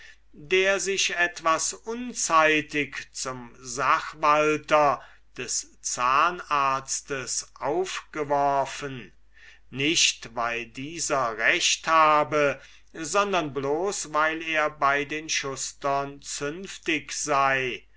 der sich etwas unzeitig zum sachwalter des zahnarztes aufgeworfen nicht weil dieser recht habe sondern bloß weil er bei den schustern zünftig sei